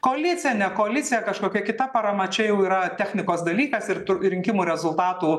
koalicija ne koalicija kažkokia kita parama čia jau yra technikos dalykas ir tų rinkimų rezultatų